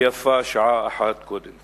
ויפה שעה אחת קודם.